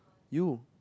you